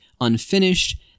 unfinished